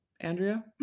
Andrea